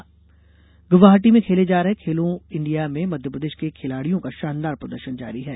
खेलो India Guwahati में खेले जा रहे खेलो इंडिया में मध्यप्रदेष के खिलाडियों का षानदार प्रदर्षन जारी है